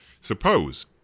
Suppose